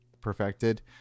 perfected